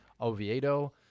Oviedo